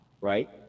right